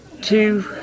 two